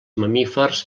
mamífers